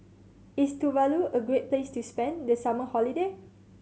is Tuvalu a great place to spend the summer holiday